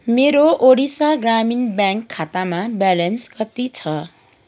मेरो ओडिसा ग्रामीण ब्याङ्क खातामा ब्यालेन्स कति छ